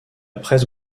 presse